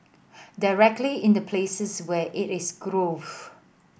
directly in the places where it is grown